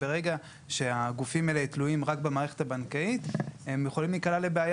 ברגע שהגופים האלה תלויים רק במערכת הבנקאית הם יכולים להיקלע לבעיה,